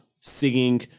singing